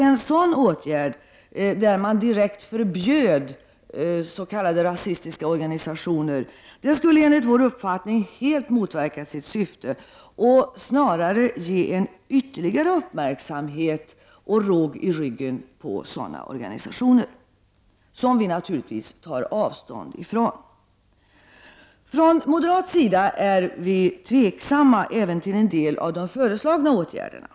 En åtgärd där man direkt förbjuder s.k. rasistiska organisationer skulle enligt vår mening helt motverka sitt syfte och snarare ge ytterligare uppmärksamhet och råg i ryggen åt sådana organisationer, vilka vi naturligtvis tar avstånd ifrån. Från moderat sida är vi tveksamma även till en del av de föreslagna åtgärderna.